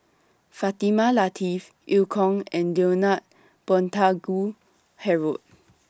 Fatimah Lateef EU Kong and Leonard Montague Harrod